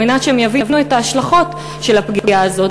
כדי שהם יבינו את ההשלכות של הפגיעה הזאת.